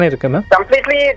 Completely